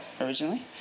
originally